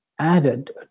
added